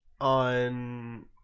On